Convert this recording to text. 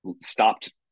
stopped